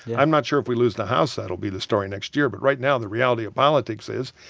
i'm not sure if we lose the house, that'll be the story next year. but right now, the reality of politics is,